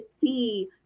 see